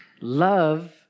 Love